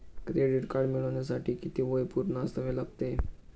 Credit card मिळवण्यासाठी किती वय पूर्ण असावे लागते?